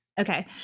Okay